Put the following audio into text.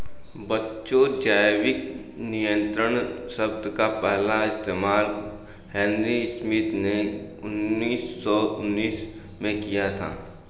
बच्चों जैविक नियंत्रण शब्द का पहला इस्तेमाल हेनरी स्मिथ ने उन्नीस सौ उन्नीस में किया था